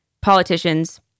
politicians